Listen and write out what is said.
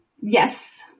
Yes